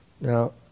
Now